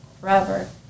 forever